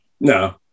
No